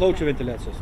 plaučių ventiliacijos